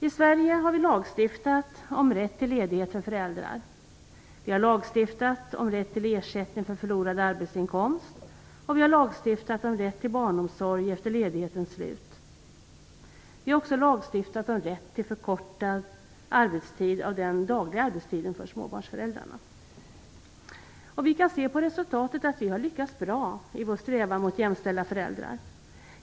I Sverige har vi lagstiftat om rätt till ledighet för föräldrar, vi har lagstiftat om rätt till ersättning för förlorad arbetsinkomst och vi har lagstiftat om rätt till barnomsorg efter ledighetens slut. Vi har också lagstiftat om rätt till förkortning av den dagliga arbetstiden för småbarnsföräldrarna. Vi kan se på resultatet att vi har lyckats bra i vår strävan mot jämställda föräldrar.